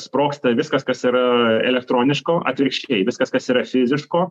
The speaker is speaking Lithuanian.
sprogsta viskas kas yra elektroniško atvirkščiai viskas kas yra fiziško